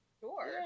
Sure